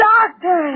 Doctor